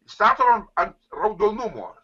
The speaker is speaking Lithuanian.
stato ant raudonumo